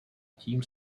tím